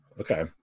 Okay